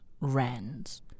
rands